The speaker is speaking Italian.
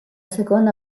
seconda